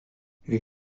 les